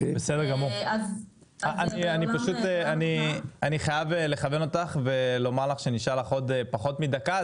אני חייב לכוון אותך ולומר לך שנשאר לך עוד פחות מדקה,